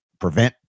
prevent